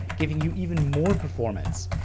giving you even more performance.